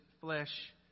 flesh